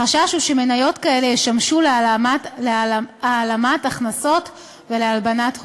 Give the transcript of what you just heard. החשש הוא שמניות כאלה ישמשו להעלמת הכנסות ולהלבנת הון.